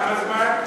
כמה זמן?